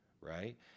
right